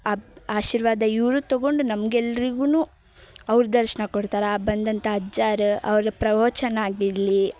ಆ ಆಶೀರ್ವಾದ ಇವರೂ ತಗೊಂಡು ನಮ್ಗೆಲ್ರಿಗೂ ಅವ್ರು ದರ್ಶನ ಕೊಡ್ತಾರೆ ಆ ಬಂದಂಥ ಅಜ್ಜಾರು ಅವರ ಪ್ರವಚನ ಆಗಿರಲಿ